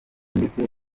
ndetse